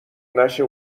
نشه